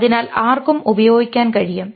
അതിനാൽ ആർക്കും ഉപയോഗിക്കാൻ കഴിയും